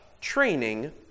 training